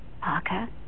Parker